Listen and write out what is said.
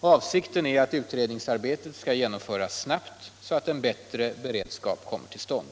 Avsikten är att utredningsarbetet skall genomföras snabbt, så att en bättre be redskap kommer till stånd.